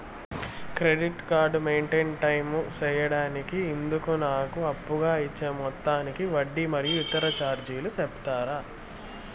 Credit card maintain time సేయడానికి ఇందుకు నాకు అప్పుగా ఇచ్చే మొత్తానికి వడ్డీ మరియు ఇతర చార్జీలు సెప్తారా?